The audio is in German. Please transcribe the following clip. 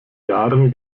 jahren